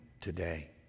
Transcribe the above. today